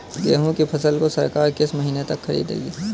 गेहूँ की फसल को सरकार किस महीने तक खरीदेगी?